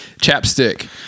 Chapstick